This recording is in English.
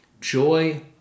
joy